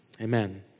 Amen